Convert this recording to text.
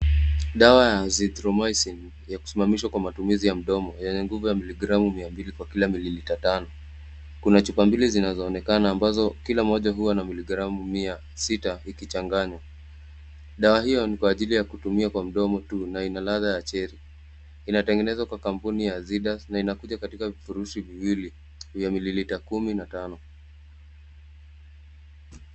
Dawa ya Azithromycin ya kusimamishwa kwa matumizi ya mdomo yenye nguvu ya miligramu 200 kwa kila mililita tano. Kuna chupa mbili zinazoonekana ambazo kila moja huwa 106 ikichanganywa. Dawa hiyo ni kwa ajili ya kutumia kwa mdomo tu na ina ladha ya cheri. Inatengenezwa kwa kampuni ya Zidas na inakuja katika vifurushi viwili vya mililita 10 na tano.